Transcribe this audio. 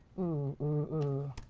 ooh, ooh.